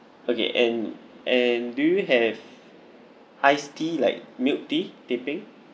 okay and and do you have ice tea like milk tea teh peng